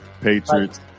Patriots